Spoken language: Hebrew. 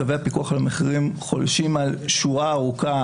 צווי הפיקוח על המחירים חולשים על שורה ארוכה